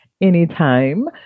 Anytime